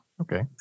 Okay